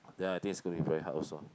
then I think it's going to be very hard also